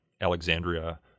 Alexandria